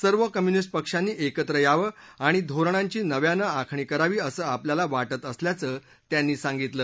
सर्व कम्युनिस्ट पक्षांनी एकत्र यावं आणि धोरणांची नव्यानं आखणी करावी असं आपल्याला वा जि असल्याचं त्यांनी सांगितलं